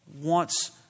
wants